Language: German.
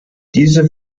diese